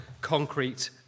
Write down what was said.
concrete